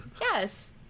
yes